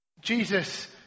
Jesus